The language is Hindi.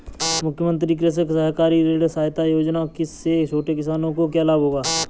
मुख्यमंत्री कृषक सहकारी ऋण सहायता योजना से छोटे किसानों को क्या लाभ होगा?